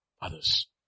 others